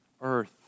earth